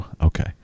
Okay